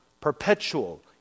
perpetual